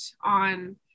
on